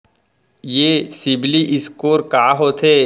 ये CIBIL score का होथे?